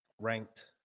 ranked